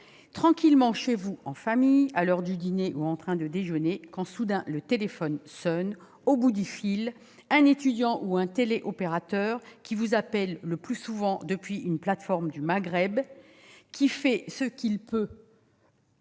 tranquillement chez vous, en famille, à l'heure du dîner ou du déjeuner, quand soudain le téléphone sonne ... Au bout du fil, un étudiant ou un téléopérateur vous appelle le plus souvent depuis une plateforme localisée au Maghreb pour